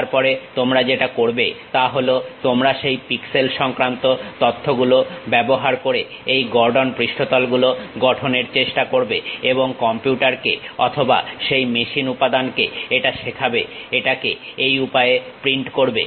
তারপরে তোমরা যেটা করবে তা হলো তোমরা সেই পিক্সেল সংক্রান্ত তথ্য গুলো ব্যবহার করে এই গর্ডন পৃষ্ঠতলগুলো গঠন করার চেষ্টা করবে এবং কম্পিউটার কে অথবা সেই মেশিন উপাদানকে এটা শেখাবে এটাকে এই উপায়ে প্রিন্ট করবে